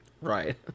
Right